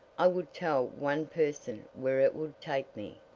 i would tell one person where it would take me,